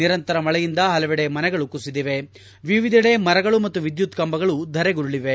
ನಿರಂತರ ಮಳೆಯಿಂದ ಹಲೆವೆಡೆ ಮನೆಗಳು ಕುಸಿದಿವೆ ವಿವಿಧೆಡೆ ಮರಗಳು ಮತ್ತು ವಿದ್ಯುತ್ ಕಂಬಗಳು ಧರೆಗುರುಳವೆ